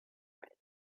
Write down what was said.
friend